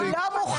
אני לא מוכנה.